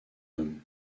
homme